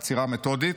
עצירה מתודית,